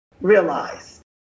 realize